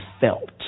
felt